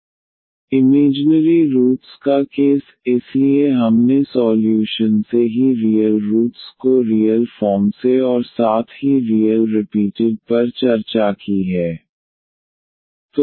yc1xr 1c2xr 2creαx imaginary roots का case इसलिए हमने सॉल्यूशन से ही रियल रूट्स को रियल फॉर्म से और साथ ही रियल रिपीटेड पर चर्चा की है